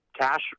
cash